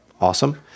Awesome